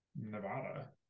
Nevada